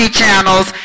channels